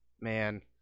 Man